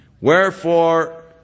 Wherefore